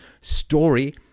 story